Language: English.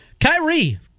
Kyrie